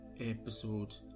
episode